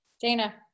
Dana